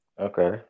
Okay